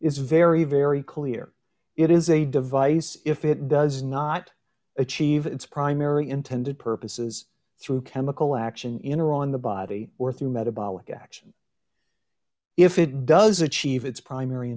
is very very clear it is a device if it does not achieve its primary intended purposes through chemical action in or on the body or through metabolic action if it does achieve its primary